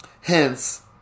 Hence